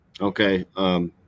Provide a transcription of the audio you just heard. Okay